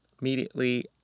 Immediately